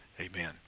amen